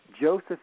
Joseph